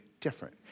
different